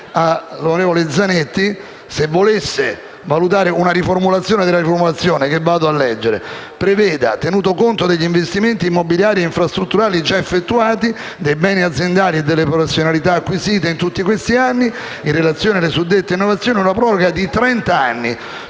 al vice ministro Zanetti se volesse valutare una riformulazione della riformulazione, nei termini seguenti: «a prevedere, tenuto conto degli investimenti immobiliari e infrastrutturali già effettuati, dei beni aziendali e delle professionalità acquisite in tutti questi anni, in relazione alle suddette novazioni, una proroga di trent'anni